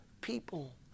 people